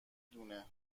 دونه